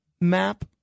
map